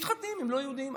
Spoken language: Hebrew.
שמתחתנים עם לא יהודים.